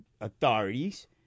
authorities